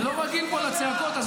אני לא רגיל לצעקות פה.